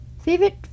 Favorite